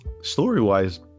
story-wise